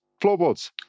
Floorboards